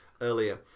earlier